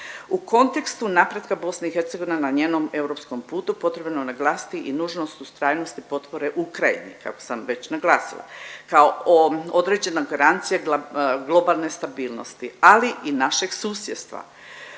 U kontekstu napretka BIH na njenom europskom putu potrebno je naglasiti i nužnost ustrajnosti potpore Ukrajini, kako sam već naglasila. Kao određena garancija globalne stabilnosti ali i našeg susjedstva,